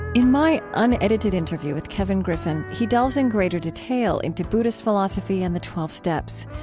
in my unedited interview with kevin griffin, he delves in greater detail into buddhist philosophy and the twelve steps.